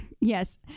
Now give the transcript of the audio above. Yes